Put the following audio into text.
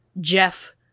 Jeff